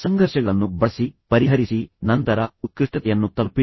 ಸಂಘರ್ಷಗಳನ್ನು ಬಳಸಿ ಅವುಗಳನ್ನು ಪರಿಹರಿಸಿ ತದನಂತರ ಉತ್ಕೃಷ್ಟತೆಯನ್ನು ತಲುಪಿರಿ